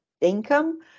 income